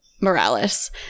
Morales